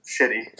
shitty